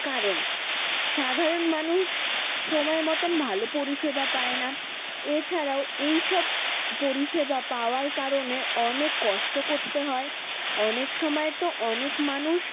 কারণ সাধারণ মানুষ সময় মতন ভালো পরিষেবা পায় না এছাড়াও এইসব পরিষেবা পাওয়ার কারণে অনেক কষ্ট করতে হয় অনেক সময় তো অনেক মানুষ